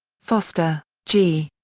foster, g.